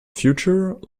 future